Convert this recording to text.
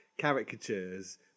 caricatures